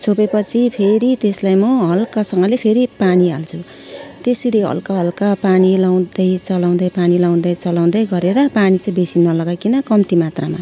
छोपेपछि फेरि त्यसलाई म हल्कासँगले फेरि पानी हाल्छु त्यसरी हल्का हल्का पानी लगाउँदै चलाउँदै पानी लगाउँदै चलाउँदै गरेर पानी चाहिँ बेसी नलगाइकिन कम्ती मात्रामा